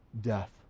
death